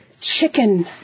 chicken